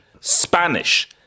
Spanish